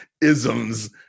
isms